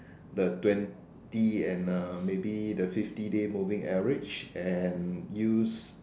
the twenty and uh maybe the fifty day moving average and use